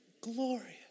glorious